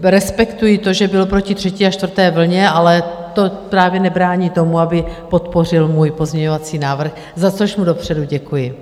Respektuji to, že byl proti třetí a čtvrté vlně, ale to právě nebrání tomu, aby podpořil můj pozměňovací návrh, za což mu dopředu děkuji.